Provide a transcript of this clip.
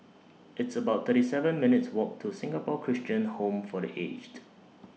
It's about thirty seven minutes' Walk to Singapore Christian Home For The Aged